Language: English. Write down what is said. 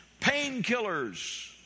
painkillers